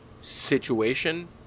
situation